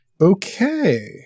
Okay